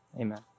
Amen